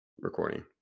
recording